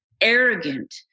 arrogant